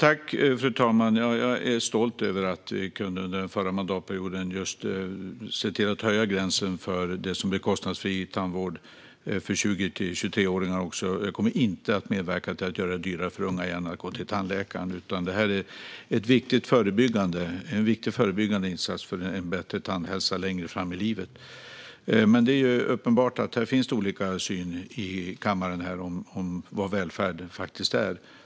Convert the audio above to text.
Fru talman! Jag är stolt över att vi under den förra mandatperioden kunde höja åldersgränsen för kostnadsfri tandvård till att omfatta också 20-23-åringar. Jag kommer inte att medverka till att på nytt göra det dyrare för unga att gå till tandläkaren. Detta är en viktig förebyggande insats för en bättre tandhälsa längre fram i livet. Men det är uppenbart att det finns olika syn här i kammaren när det gäller vad välfärd faktiskt är.